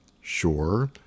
sure